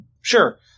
sure